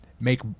make